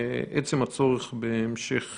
עצם הצורך בהמשך